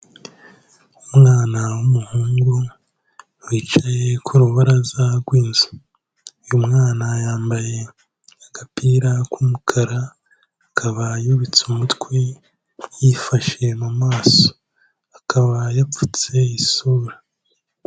Umwana w'umuhungu wicaye ku rubaraza rw'inzu, uyu mwana yambaye agapira k'umukara akaba yubitse umutwe yifashe mu maso akaba yapfutse isura.